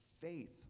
faith